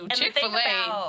Chick-fil-A